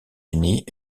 unis